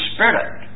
Spirit